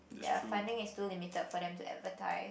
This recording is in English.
ya funding is too limited for them to advertise